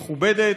מכובדת,